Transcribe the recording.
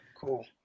Cool